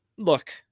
Look